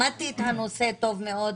למדתי את הנושא טוב מאוד.